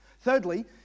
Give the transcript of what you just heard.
Thirdly